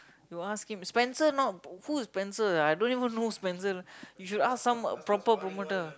you ask him Spencer not who is Spencer ah I don't even know who is Spencer you should ask some proper promoter